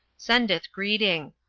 sendeth greeting.